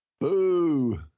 Boo